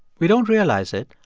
we don't realize it,